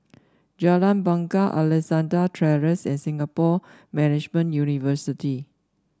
Jalan Bungar Alexandra Terrace and Singapore Management University